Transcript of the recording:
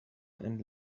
and